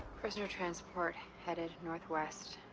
prisoner transport headed northwest